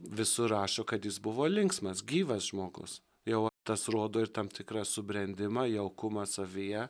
visur rašo kad jis buvo linksmas gyvas žmogus jau tas rodo ir tam tikrą subrendimą jaukumą savyje